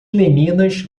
meninas